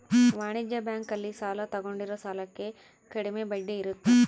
ವಾಣಿಜ್ಯ ಬ್ಯಾಂಕ್ ಅಲ್ಲಿ ಸಾಲ ತಗೊಂಡಿರೋ ಸಾಲಕ್ಕೆ ಕಡಮೆ ಬಡ್ಡಿ ಇರುತ್ತ